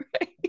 right